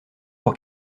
pour